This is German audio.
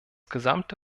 gesamte